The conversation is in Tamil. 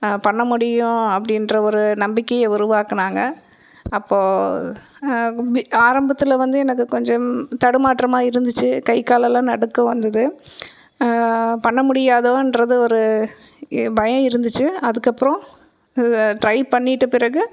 பண்ண முடியும் அப்படின்ற ஒரு நம்பிக்கையை உருவாக்குனாங்கள் அப்போ ஆரம்பத்தில் வந்து எனக்கு கொஞ்சம் தடுமாற்றமாக இருந்துச்சு கை காலெல்லாம் நடுக்கம் வந்தது பண்ண முடியாதோன்றது ஒரு பயம் இருந்துச்சு அதுக்கப்புறம் டிரை பண்ணிட்ட பிறகு